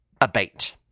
abate